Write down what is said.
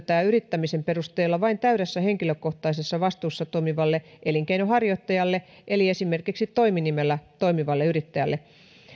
yrittämisen perusteella vain täydessä henkilökohtaisessa vastuussa toimivalle elinkeinonharjoittajalle eli esimerkiksi toiminimellä toimivalle yrittäjälle